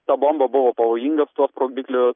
ta bomba buvo pavojinga su tuo sprogdikliu